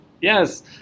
yes